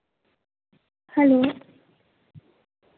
hello